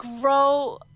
grow